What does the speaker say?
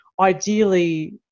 ideally